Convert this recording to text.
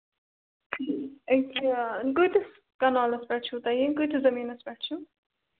أکیٛاہ کۭتِس کَنالَس پٮ۪ٹھ چھُو تۄہہِ یہِ کۭتِس زٔمیٖنَس پٮ۪ٹھ چھُ